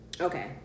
Okay